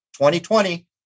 2020